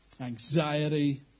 anxiety